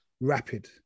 Rapid